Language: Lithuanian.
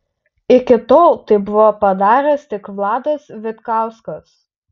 iki tol tai buvo padaręs tik vladas vitkauskas